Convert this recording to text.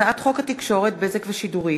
הצעת חוק התקשורת (בזק ושידורים)